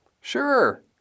sure